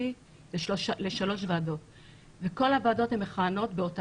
רציתי להגיד יש לנו שלושה ימים בשבוע: